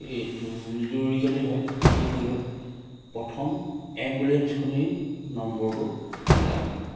এইটো জৰুৰীকালীন হয় তেতিয়া কি হয় প্ৰথম এম্বুলেঞ্চখনেই নম্বৰটো নেলাগে